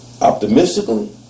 Optimistically